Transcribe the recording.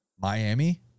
Miami